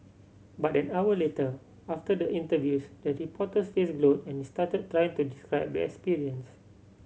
but an hour later after the interviews the reporter's face glowed and stuttered trying to describe the experience